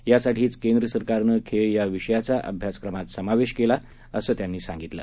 यासाठीच केंद्र सरकारनं खेळ या विषयाचा अभ्यासक्रमात समावेश केला असं त्यांनी सांगितलं